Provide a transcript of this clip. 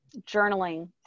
Journaling